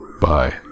Bye